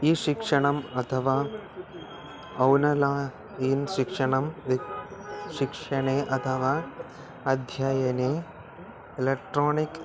E शिक्षणम् अथवा online शिक्षणं विक् शिक्षणे अथवा अध्ययने एलेक्ट्राणिक्